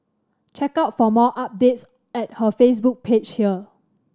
check out for more updates at her Facebook page here